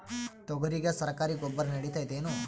ತೊಗರಿಗ ಸರಕಾರಿ ಗೊಬ್ಬರ ನಡಿತೈದೇನು?